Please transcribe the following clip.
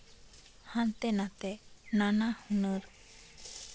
ᱦᱟᱱᱛᱮ ᱱᱟᱛᱮ ᱱᱟᱱᱟᱦᱩᱱᱟᱹᱨ